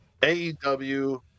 AEW